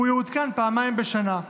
והוא יעודכן פעמיים בשנה.